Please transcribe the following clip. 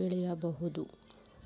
ಬೆಳಿಬೊದು